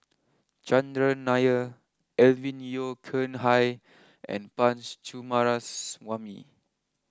Chandran Nair Alvin Yeo Khirn Hai and Punch Coomaraswamy